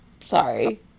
Sorry